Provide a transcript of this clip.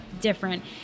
different